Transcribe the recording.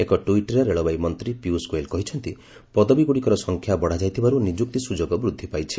ଏକ ଟୂଇଟ୍ରେ ରେଳବାଇ ମନ୍ତ୍ରୀ ପିୟୁଷ ଗୋଏଲ କହିଛନ୍ତି ପଦବୀଗ୍ରଡିକର ସଂଖ୍ୟା ବଢାଯାଇଥିବାରୁ ନିଯୁକ୍ତି ସୁଯୋଗ ବୃଦ୍ଧି ପାଇଛି